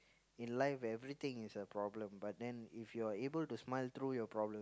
in life everything is a problem but then if you're able to smile through your problems